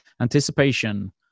anticipation